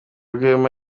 rwema